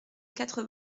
quatre